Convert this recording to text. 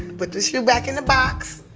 but the shoe back in the box,